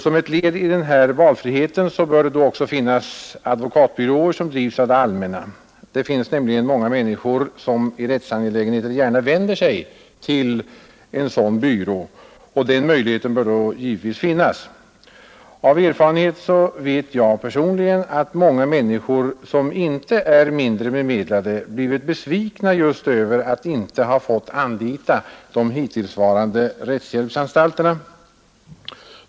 Som ett led i denna valfrihet bör det då också finnas advokatbyråer som drivs av det allmänna. Det finns nämligen många människor som i rättsangelägenheter gärna vänder sig till en sådan byrå, och den möjligheten bör då givetvis finnas. Av erfarenhet vet jag personligen att många människor som inte är mindre bemedlade blivit besvikna just över att inte ha fått anlita de hittillsvarande rättshjälpsanstalterna.